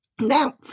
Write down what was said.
Now